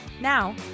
Now